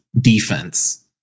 defense